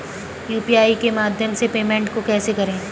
UPI के माध्यम से पेमेंट को कैसे करें?